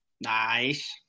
Nice